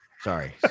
sorry